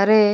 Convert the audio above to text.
అరే